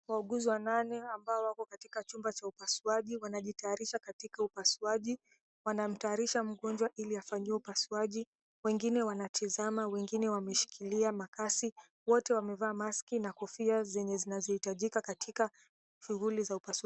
Wauguzi wanane, ambao wako katika chumba cha upasuaji. Wanajitayarisha katika upasuaji, wanamtayarisha mgonjwa ili afanyiwe upasuaji. Wengine wanatizama, wengine wameshikilia makasi. Wote wamevaa maski na kofia zenye zinazohitajika katika shughuli za upasuaji.